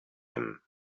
him